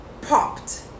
popped